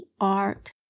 art